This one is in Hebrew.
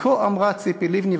וכה אמרה ציפי לבני,